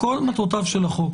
כל מטרותיו של החוק.